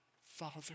Father